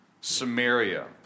Samaria